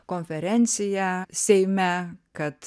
konferenciją seime kad